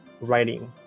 writing